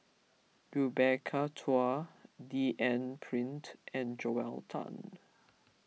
Rebecca Chua D N Pritt and Joel Tan